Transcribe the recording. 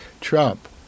Trump